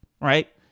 right